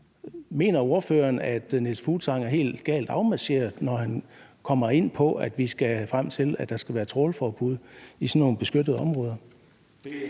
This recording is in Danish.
Mener ordføreren, at Niels Fuglsang er helt galt afmarcheret, når han kommer ind på, at vi skal frem til, at der skal være trawlforbud i sådan nogle beskyttede områder?